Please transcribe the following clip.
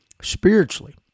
spiritually